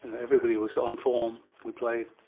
everybody was on form, we played,